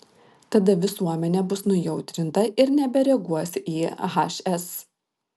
tada visuomenė bus nujautrinta ir nebereaguos į hs